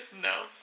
no